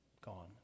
gone